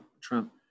Trump